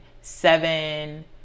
seven